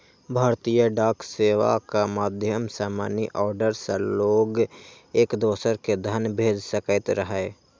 भारतीय डाक सेवाक माध्यम सं मनीऑर्डर सं लोग एक दोसरा कें धन भेज सकैत रहै